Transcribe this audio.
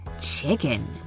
Chicken